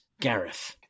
Gareth